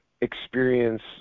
experience